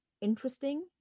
interesting